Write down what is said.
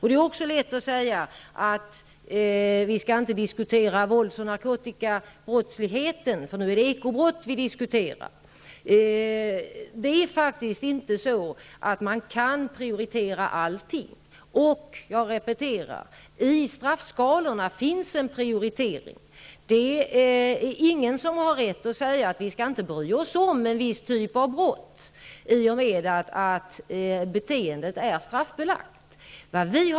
Det är lätt att säga att vi inte skall diskutera våldsoch narkotikabrottsligheten eftersom vi håller på att diskutera ekobrott. Man kan faktiskt inte prioritera allting. Jag upprepar att det finns en prioritering i straffskalorna. Ingen har rätt att säga att vi inte skall bry oss om en viss typ av brott i och med att beteendet är straffbelagt.